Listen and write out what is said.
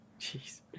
jeez